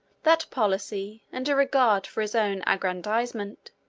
that policy, and a regard for his own aggrandizement,